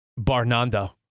Barnando